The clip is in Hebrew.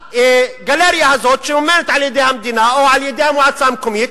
הגלריה הזאת שממומנת על-ידי המדינה או על-ידי המועצה המקומית